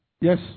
Yes